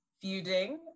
feuding